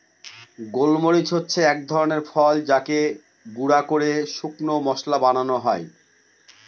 গোল মরিচ হচ্ছে এক ধরনের ফল যাকে গুঁড়া করে শুকনো মশলা বানানো হয়